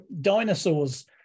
dinosaurs